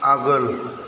आगोल